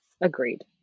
agreed